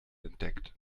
entdeckt